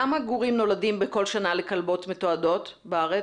כמה גורים נולדים בכל שנה לכלבות מתועדות בארץ?